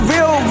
real